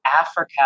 Africa